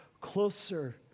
closer